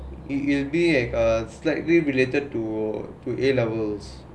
it will be like a slightly related to to A levels